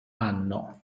anno